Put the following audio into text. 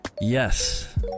Yes